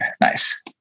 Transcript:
Nice